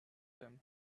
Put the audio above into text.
him